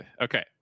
okay